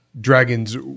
dragons